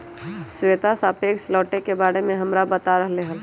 श्वेता सापेक्ष लौटे के बारे में हमरा बता रहले हल